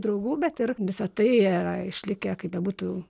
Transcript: draugų bet ir visa tai yra išlikę kaip bebūtų